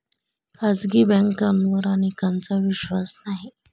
खाजगी बँकांवर अनेकांचा विश्वास नाही